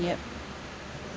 yup